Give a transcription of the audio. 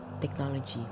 technology